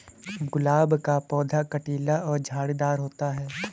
गुलाब का पौधा कटीला और झाड़ीदार होता है